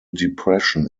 depression